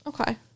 Okay